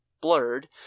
blurred